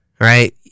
right